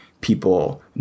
people